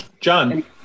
John